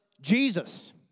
Jesus